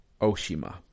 Oshima